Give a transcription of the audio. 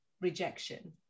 rejection